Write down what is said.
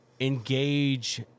Engage